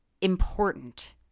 important